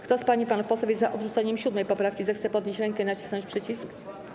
Kto z pań i panów posłów jest za odrzuceniem 7. poprawki, zechce podnieść rękę i nacisnąć przycisk.